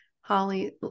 holly